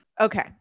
Okay